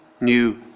new